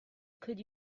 could